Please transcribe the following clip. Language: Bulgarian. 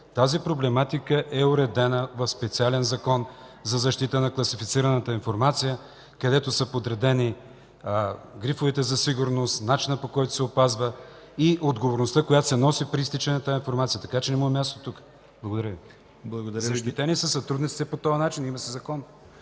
тази проблематика е уредена в специален Закон за защита на класифицираната информация, където са подредени грифовете за сигурност, начинът, по който се опазва, и отговорността, която се носи при изтичане на тази информация, така че не му е мястото тук. Защитени са сътрудниците по този начин. Има си закон.